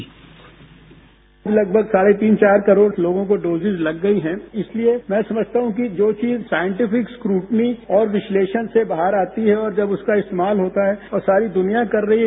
bite लगभग साढ़े तीन चार करोड़ लोगों को डोजिज लग गई हैं इसलिए मैं समझता हूं कि जो चीज साइटिफिक स्क्रूटनी और विश्लेषण से बाहर आती है और जब उसका इस्तेमाल होता है और सारी दुनिया कर रही है